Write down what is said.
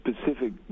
specific